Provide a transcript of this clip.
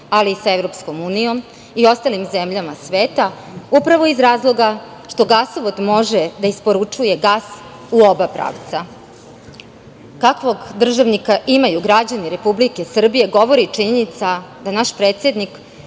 ali i sa Evropskom unijom i ostalim zemljama sveta, upravo iz razloga što gasovod može da isporučuje gas u oba pravca. Kakvog državnika imaju građani Republike Srbije govori i činjenica da naš predsednik,